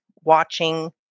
watching